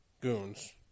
goons